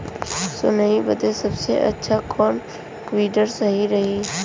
सोहनी बदे सबसे अच्छा कौन वीडर सही रही?